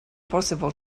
possible